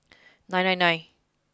nine nine nine